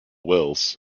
wills